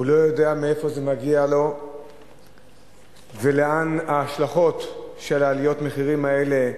הוא לא יודע מאיפה זה מגיע לו ואיך ההשלכות של עליות המחירים האלה